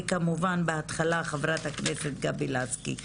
וכמובן בהתחלה חברת הכנסת גבי לסקי.